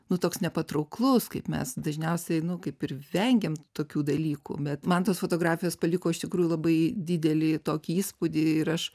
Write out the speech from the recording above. nu toks nepatrauklus kaip mes dažniausiai nu kaip ir vengiam tokių dalykų bet man tos fotografijos paliko iš tikrųjų labai didelį tokį įspūdį ir aš